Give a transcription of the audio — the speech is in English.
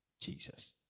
Jesus